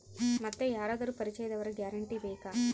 ಮತ್ತೆ ಯಾರಾದರೂ ಪರಿಚಯದವರ ಗ್ಯಾರಂಟಿ ಬೇಕಾ?